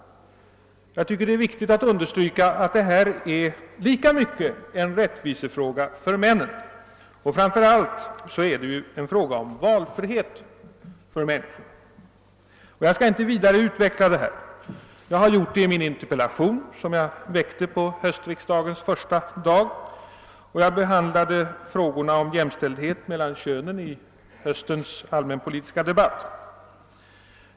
Jag tycker det är viktigt att understryka att det lika mycket är en rättvisefråga för männen, och framför allt är det ju en fråga om valfrihet i äktenskapet. Jag skall inte vidare utveckla saken. Jag har gjort det i min interpellation, som jag framställde på höstriksdagens första dag, och jag behandlade frågorna om jämställdhet mellan könen i höstens allmänpolitiska debatt.